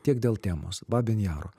tiek dėl temos babyn jaro